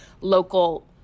local